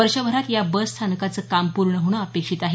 वर्षभरात या बस स्थानकाचं काम पूर्ण होणं अपेक्षित आहे